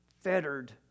fettered